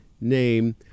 name